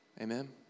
Amen